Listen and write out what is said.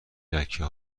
لکه